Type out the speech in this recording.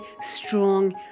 strong